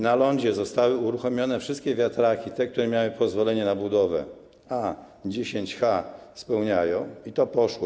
Na lądzie zostały uruchomione wszystkie wiatraki, które miały pozwolenie na budowę, a zasadę 10H spełniają, to poszło.